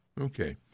Okay